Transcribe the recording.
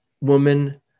woman